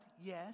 Yes